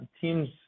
team's